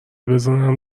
بزنم